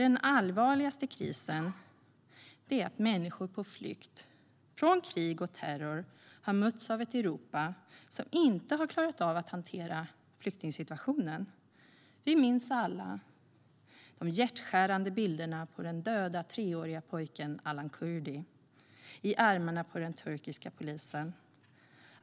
Den allvarligaste krisen är ändå att människor på flykt från krig och terror har mötts av ett Europa som inte har klarat av att hantera flyktingsituationen. Vi minns alla de hjärtskärande bilderna på den döde treårige pojken Alan Kurdi i armarna på den turkiske polismannen.